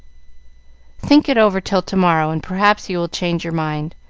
think it over till to-morrow, and perhaps you will change your mind.